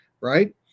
right